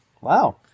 wow